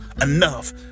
enough